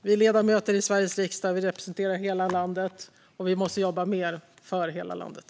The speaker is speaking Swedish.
Vi ledamöter i Sveriges riksdag representerar hela landet, och vi måste jobba mer för hela landet.